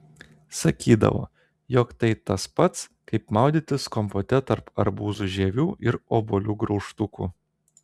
sakydavo jog tai tas pats kaip maudytis kompote tarp arbūzų žievių ir obuolių graužtukų